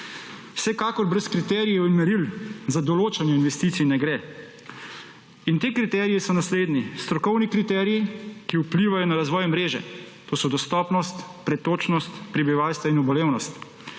Vsekakor brez kriterijev in meril za določanje investicij ne gre. In ti kriteriji so naslednji: strokovni kriteriji, ki vplivajo na razvoj mreže, to so dostopnost, pretočnost prebivalstva in obolevnost,